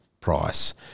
price